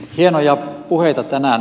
hienoja puheita tänään